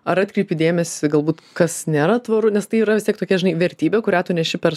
ar atkreipi dėmesį galbūt kas nėra tvaru nes tai yra vis tiek tokia žinai vertybė kurią tu neši per